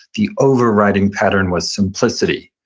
the overriding pattern was simplicity.